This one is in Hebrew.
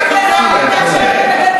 אתם דרדרתם את השוק לעוני,